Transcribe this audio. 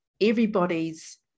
everybody's